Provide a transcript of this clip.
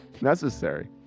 necessary